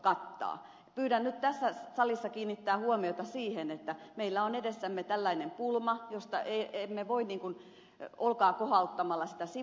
pyydän nyt tässä salissa kiinnittämään huomiota siihen että meillä on edessämme tällainen pulma jota emme voi olkaa kohauttamalla sivuuttaa